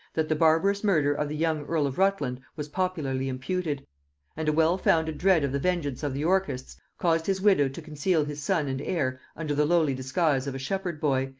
that the barbarous murder of the young earl of rutland was popularly imputed and a well-founded dread of the vengeance of the yorkists caused his widow to conceal his son and heir under the lowly disguise of a shepherd-boy,